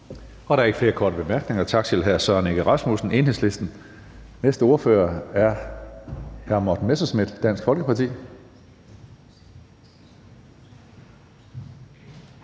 Der er ikke flere korte bemærkninger. Tak til hr. Søren Egge Rasmussen, Enhedslisten. Den næste ordfører er hr. Morten Messerschmidt, Dansk Folkeparti.